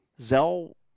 Zell